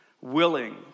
willing